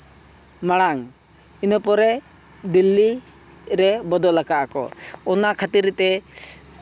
ᱢᱟᱲᱟᱝ ᱤᱱᱟᱹ ᱯᱚᱨᱮ ᱫᱤᱞᱞᱤ ᱨᱮ ᱵᱚᱫᱚᱞ ᱟᱠᱟᱫᱼᱟᱠᱚ ᱚᱱᱟ ᱠᱷᱟᱹᱛᱤᱨ ᱛᱮ